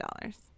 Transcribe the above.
dollars